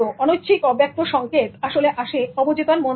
অনৈচ্ছিক অব্যক্ত সংকেত আসলে আসে অবচেতন মন থেকে